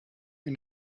and